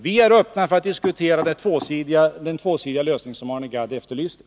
Vi är öppna för att diskutera den tvåsidiga lösning som Arne Gadd efterlyste.